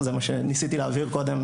זה מה שניסיתי להבהיר קודם,